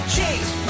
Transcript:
Chase